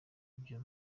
ibyo